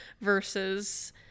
versus